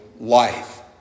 life